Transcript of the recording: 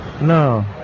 No